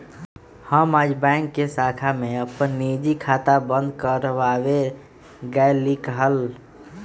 हम आज बैंक के शाखा में अपन निजी खाता बंद कर वावे गय लीक हल